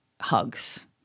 hugs